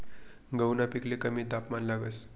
गहूना पिकले कमी तापमान लागस